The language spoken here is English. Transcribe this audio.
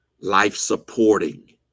life-supporting